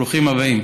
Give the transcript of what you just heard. ברוכים הבאים.